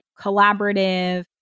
collaborative